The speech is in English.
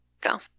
go